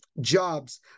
jobs